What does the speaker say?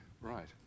Right